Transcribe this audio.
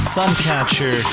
Suncatcher